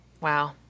Wow